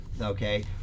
Okay